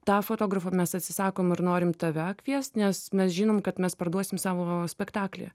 tą fotografą mes atsisakom ir norim tave kviest nes mes žinom kad mes parduosim savo spektaklį